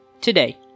Today